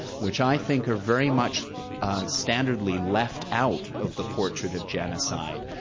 which i think are very much standardly left out of the portrait of genocide.